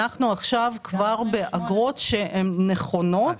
אנחנו עכשיו כבר באגרות שהן נכונות --- אה,